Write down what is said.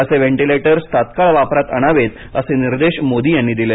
असे वेंटिलेटर्स तत्काळ वापरात आणावेत असे निर्देश मोदी यांनी दिले